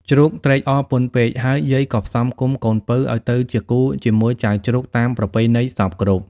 ជ្រូកត្រេកអរពន់ពេក ហើយយាយក៏ផ្សំផ្គុំកូនពៅឱ្យទៅជាគូរជាមួយចៅជ្រូកតាមប្រពៃណីសព្វគ្រប់។